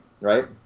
right